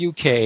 UK